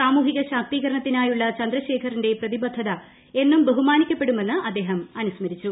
സാമൂഹിക ശാക്തീകരണത്തിന്റായുള്ള ചന്ദ്രശേഖറിന്റെ പ്രതിബദ്ധത എന്നും ബഹുമാ്ജീക്ക്പ്പെടുമെന്ന് അദ്ദേഹം അനുസ്മരിച്ചു